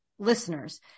listeners